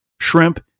shrimp